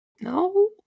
No